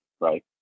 right